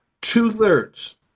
Two-thirds